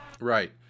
Right